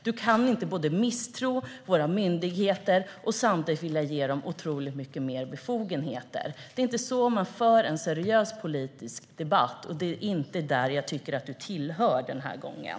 Du kan inte misstro våra myndigheter och samtidigt vilja ge dem otroligt mycket mer befogenheter. Det är inte så man för en seriös politisk debatt. Och det är inte den som jag tycker att du tillhör den här gången.